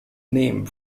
name